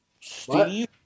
Steve